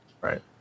Right